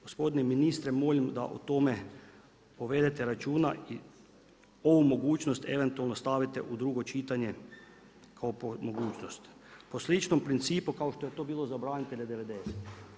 Gospodine ministre molim da o tome povedete računa i ovu mogućnost eventualno stavite u drugo čitanje kao mogućnost, po sličnom principu kao što je to bilo za branitelje '90.-tih.